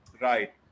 Right